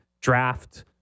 draft